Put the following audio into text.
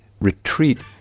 retreat